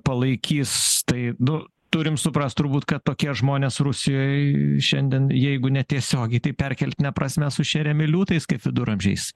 palaikys tai nu turim suprast turbūt kad tokie žmonės rusijoje šiandien jeigu netiesiogiai tai perkeltine prasme sušeriami liūtais kaip viduramžiais